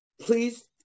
please